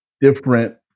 different